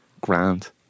grand